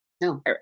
No